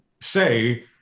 say